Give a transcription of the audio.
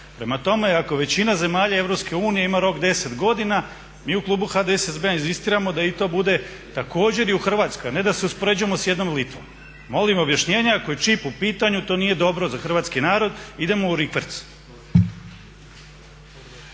Prema tome ako većina zemalja Europske unije ima rok 10 godina mi u klubu HDSSB-a inzistiramo da i to bude također u Hrvatskoj a ne da se uspoređujemo sa jednom Litvom. Molim objašnjenje ako je čip u pitanju, to nije dobro za hrvatski narod, idemo u rikverc.